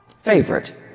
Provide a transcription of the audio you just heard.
favorite